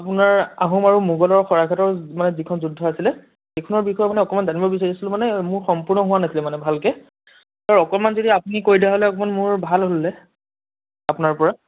আপোনাৰ আহোম আৰু মোগলৰ শৰাইঘাটৰ মানে যিখন যুদ্ধ আছিলে সেইখনৰ বিষয়ে মানে অকণমান জানিব বিচাৰিছিলোঁ মানে মোৰ সম্পূৰ্ণ হোৱা নাছিলে মানে ভালকৈ আৰু অকণমান যদি আপুনি কৈ দিয়া হ'লে অকণমান মোৰ ভাল হ'ল হ'লে আপোনাৰ পৰা